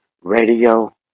Radio